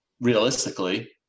realistically